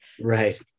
Right